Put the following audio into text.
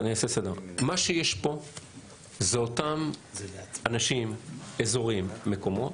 מה שיש פה זה אותם אנשים, אזורים, מקומות,